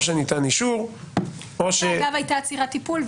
או שניתן אישור או שהייתה עצירת טיפול,